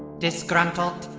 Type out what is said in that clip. disgruntled?